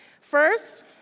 First